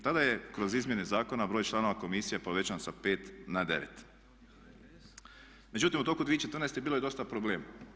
Tada je kroz izmjene zakona broj članova komisije povećan sa 5 na 9. Međutim u toku 2014. bilo je dosta problema.